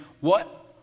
What